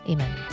Amen